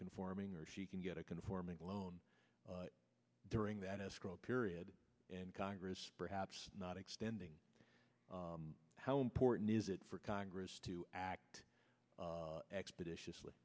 conforming or she can get a conforming loan during that escrow period and congress perhaps not extending how important is it for congress to act expeditious